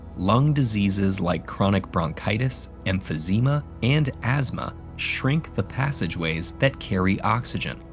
lung diseases like chronic bronchitis, emphysema, and asthma shrink the passageways that carry oxygen,